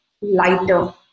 lighter